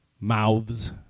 mouths